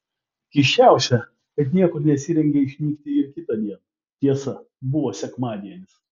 keisčiausia kad niekur nesirengė išnykti ir kitądien tiesa buvo sekmadienis